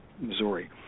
Missouri